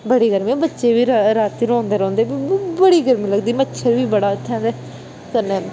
बड़ी गर्मी ऐ बच्चे बी रांती रोंदे रौंहदे मी बी बड़ी गर्मी लगदी मचछर बी बड़ा इत्थै ते कन्नै